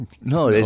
No